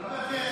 מיקי?